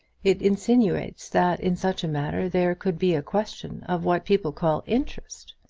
it insinuates that in such a matter there could be a question of what people call interest.